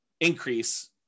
increase